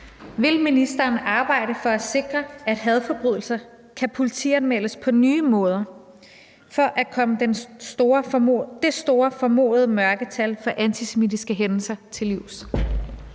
Vil ministeren arbejde for at sikre, at hadforbrydelser kan politianmeldes på nye måder, for at komme det store formodede mørketal for antisemitiske hændelser til livs?